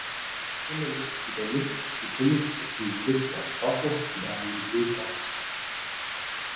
pamenu ir įdomius susitikimus su puikiu filosofu leonidu donskiu